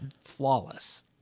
flawless